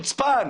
חוצפן.